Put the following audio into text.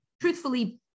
truthfully